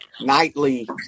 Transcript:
nightly